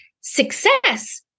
success